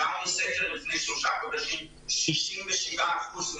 לפני שלושה חודשים העברתי סקר 67 אחוזים